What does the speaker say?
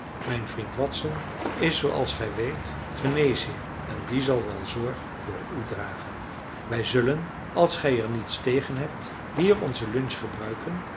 mijn vriend watson is zooals gij weet geneesheer en die zal wel zorg voor u dragen wij zullen als gij er niets tegen hebt hier onze lunch gebruiken